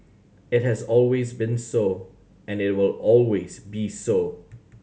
it has always been so and it will always be so